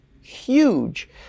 huge